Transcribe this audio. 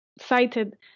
cited